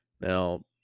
Now